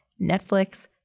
Netflix